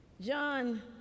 John